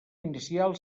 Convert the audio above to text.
inicial